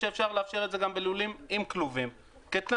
שאפשר לאפשר את זה גם בלולים עם כלובים כתנאי,